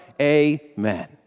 Amen